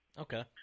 Okay